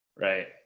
Right